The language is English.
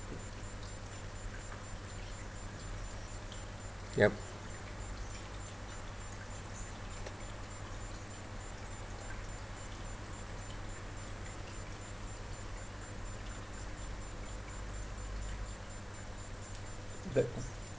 yup but